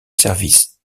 service